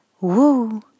Woo